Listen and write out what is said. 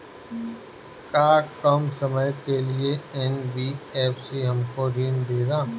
का कम समय के लिए एन.बी.एफ.सी हमको ऋण देगा?